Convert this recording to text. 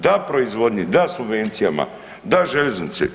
Da proizvodnji, da subvencijama, da željeznici.